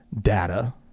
data-